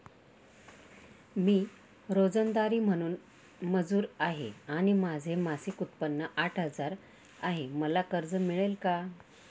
मी रोजंदारी मजूर आहे आणि माझे मासिक उत्त्पन्न आठ हजार आहे, मला कर्ज मिळेल का?